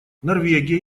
норвегия